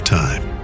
time